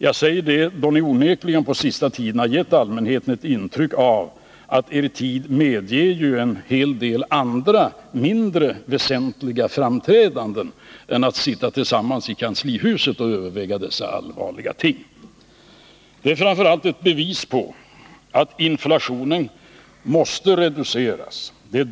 Jag säger det, då ni onekligen på sista tiden har gett allmänheten ett intryck av att er tid medger en hel del andra mindre väsentliga framträdanden än att sitta tillsammans i kanslihuset och överväga dessa allvarliga ting. Det vi efterlyser är framför allt ett bevis på att inflationen kan reduceras.